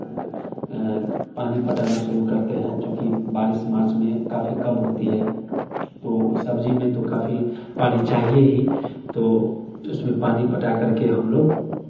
पानी पटाना शुरू करते हैं क्योंकि बारिश मार्च में काफ़ी कम होती है तो सब्ज़ी में तो काफ़ी पानी चाहिए ही तो उसमें पानी पटा करके हम लोग